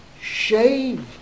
shave